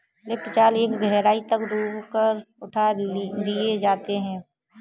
lift जाल एक गहराई तक डूबा कर उठा दिए जाते हैं